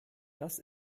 das